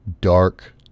dark